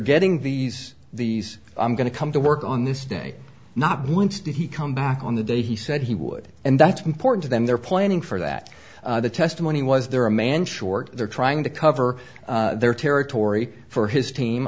getting these these i'm going to come to work on this day not once did he come back on the day he said he would and that's important to them they're planning for that the testimony was there a man short they're trying to cover their territory for his team